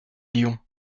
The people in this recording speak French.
lyon